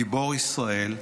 גיבור ישראל.